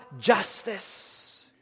justice